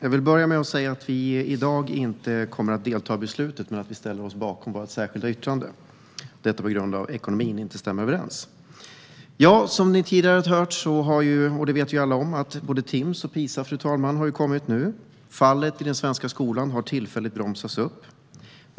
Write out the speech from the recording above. Fru talman! Vi kommer inte att delta i beslutet i dag men ställer oss bakom vårt särskilda yttrande. Det är för att ekonomin inte stämmer. Som alla vet har både Timss och PISA kommit. De visar att fallet i den svenska skolan har bromsats upp.